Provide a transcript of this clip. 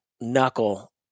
knuckle